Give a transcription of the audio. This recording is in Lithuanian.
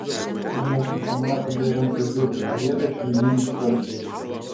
žmogus pamatė bėgančią žiurkę griebia švininį svarstį